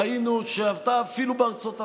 ראינו שאפילו בארצות הברית,